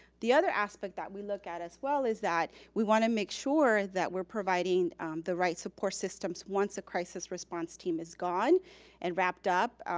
the other aspect that we look at as well is that we wanna make sure that we're providing the right support systems. once a crisis response team is gone and wrapped up,